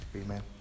Amen